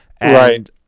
right